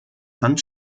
hand